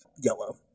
yellow